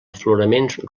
afloraments